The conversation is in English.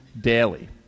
daily